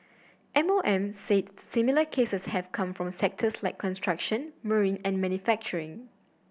M O M said similar cases have come from sectors like construction marine and manufacturing